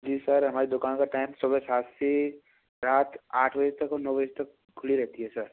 जी sir हमारी दुकान का टाइम सुबह सात से रात आठ बजे तक और नौ बजे तक खुली रहती है सर